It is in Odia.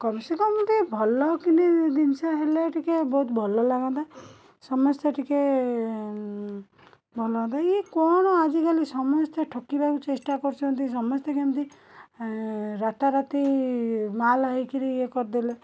କମ୍ ସେ କମ୍ ଟିକିଏ ଭଲ କିନି ଜିନିଷ ହେଲେ ଟିକିଏ ବହୁତ ଭଲ ଲାଗନ୍ତା ସମସ୍ତେ ଟିକିଏ ମନଦେଇ ଇଏ କ'ଣ ଆଜିକାଲି ସମସ୍ତେ ଠକିବାକୁ ଚେଷ୍ଟା କରୁଛନ୍ତି ସମସ୍ତେ କେମିତି ରାତାରାତି ମାଲ ହେଇକରି ଇଏ କରିଦେଲେ